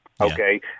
Okay